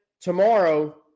tomorrow